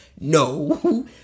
No